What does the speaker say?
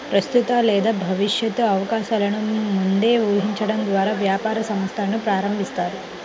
ప్రస్తుత లేదా భవిష్యత్తు అవకాశాలను ముందే ఊహించడం ద్వారా వ్యాపార సంస్థను ప్రారంభిస్తారు